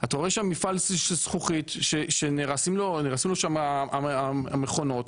אתה רואה מפעל זכוכית שנהרסים לו שם המכונות,